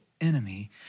enemy